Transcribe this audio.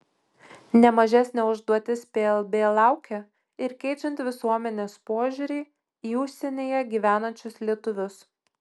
ne mažesnė užduotis plb laukia ir keičiant visuomenės požiūrį į užsienyje gyvenančius lietuvius